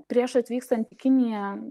prieš atvykstant į kiniją